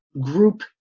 group